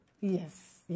Yes